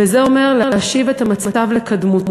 וזה אומר להשיב את המצב לקדמותו,